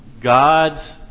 God's